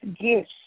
gifts